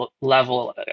level